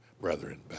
brethren